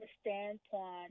standpoint